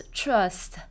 trust